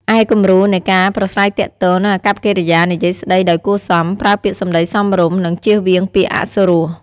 ឯគំរូនៃការប្រាស្រ័យទាក់ទង និងអាកប្បកិរិយានិយាយស្ដីដោយគួរសម ប្រើពាក្យសំដីសមរម្យ និងជៀសវាងពាក្យអសុរោះ ។